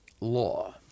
law